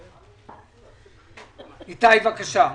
איתי טמקין, בבקשה.